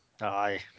Aye